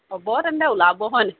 হ'ব তেন্তে ওলাব হয়নে